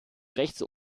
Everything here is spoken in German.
rechts